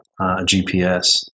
GPS